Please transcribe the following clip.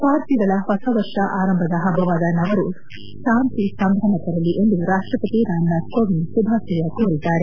ಪಾರ್ಸಿಗಳ ಹೊಸ ವರ್ಷ ಆರಂಭದ ಹಬ್ಬವಾದ ನವರೋಜ್ ಶಾಂತಿ ಸಂಭ್ರಮ ತರಲಿ ಎಂದು ರಾಷ್ಟಪತಿ ರಾಮನಾಥ್ ಕೋವಿಂದ್ ಶುಭಾಶಯ ಕೋರಿದ್ದಾರೆ